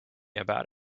about